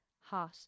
hot